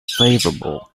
favorable